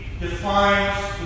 defines